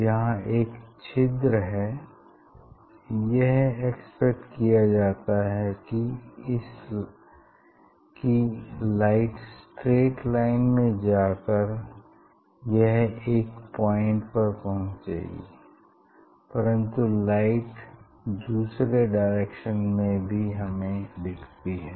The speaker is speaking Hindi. यहाँ एक छोटा छिद्र है यह एक्सपेक्ट किया जाता है कि लाइट स्ट्रैट लाइन में जाकर यह एक पॉइंट पर पहुंचेगी परन्तु लाइट दूसरे डायरेक्शन में भी हमें दिखती है